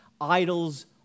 Idols